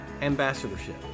ambassadorship